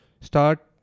start